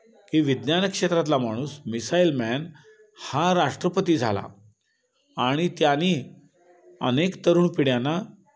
की विज्ञान क्षेत्रातला माणूस मिसाईल मॅन हा राष्ट्रपती झाला आणि त्यानी अनेक तरुण पिढ्यांना